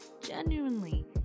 genuinely